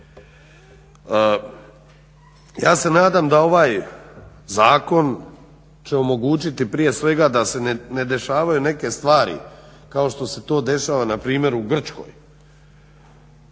Ja se nadam da ovaj zakon će omogućiti prije svega da se ne dešavaju neke stvari kao što se to dešava npr. u Grčkoj,